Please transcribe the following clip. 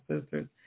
sisters